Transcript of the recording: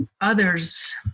others